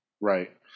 Right